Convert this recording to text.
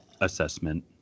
assessment